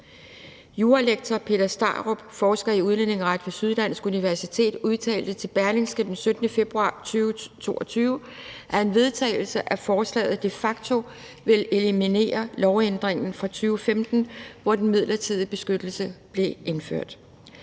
Juralektor Peter Starup, forsker i udlændingeret ved Syddansk Universitet, udtalte til Berlingske den 17. februar 2022, at en vedtagelse af forslaget de facto vil eliminere lovændringen fra 2015, hvor den midlertidige beskyttelse blev indført.